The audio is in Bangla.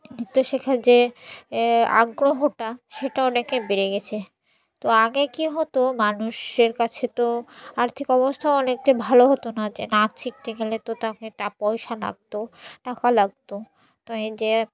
নৃত্য শেখার যে এ আগ্রহটা সেটা অনেকের বেড়ে গিয়েছে তো আগে কী হতো মানুষের কাছে তো আর্থিক অবস্থা অনেকের ভালো হতো না যে নাচ শিখতে গেলে তো তাকে টা পয়সা লাগত টাকা লাগত তো এই যে